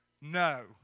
No